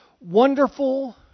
wonderful